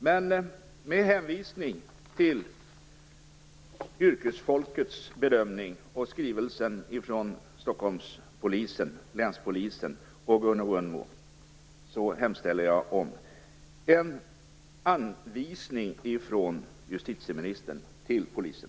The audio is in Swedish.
Men med hänvisning till yrkesfolkets bedömning och skrivelsen från Stockholmspolisen - länspolisen - och Gunno Gunnmo hemställer jag om en anvisning från justitieministern till polisen.